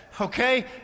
Okay